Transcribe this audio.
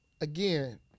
again